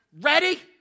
Ready